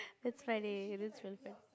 that's funny it is relevant